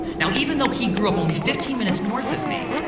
now even though he grew up only fifteen minutes north of me,